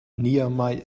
niamey